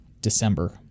December